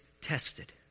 tested